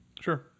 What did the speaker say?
Sure